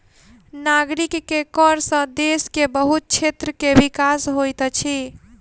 नागरिक के कर सॅ देश के बहुत क्षेत्र के विकास होइत अछि